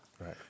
Right